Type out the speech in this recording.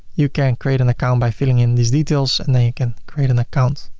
you can create an account by filling in these details and then you can create an account.